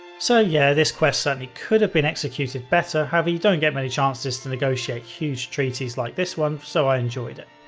so yeah, this quest certainly could have been executed better, however, you don't get many chances to negotiate huge treaties like this one so i enjoyed it.